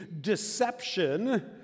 deception